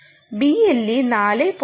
BLE 4